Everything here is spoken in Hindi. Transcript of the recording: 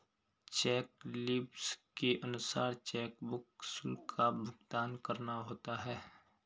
चेक लीव्स के अनुसार चेकबुक शुल्क का भुगतान करना होता है